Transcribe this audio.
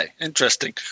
interesting